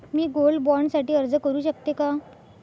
मी gold bond साठी अर्ज करु शकते का?